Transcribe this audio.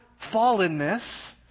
fallenness